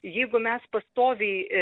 jeigu mes pastoviai